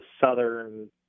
Southern